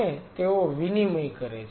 અને તેઓ વિનિમય કરે છે